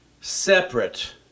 separate